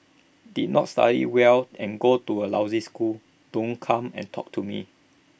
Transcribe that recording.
did not study well and go to A lousy school don't come and talk to me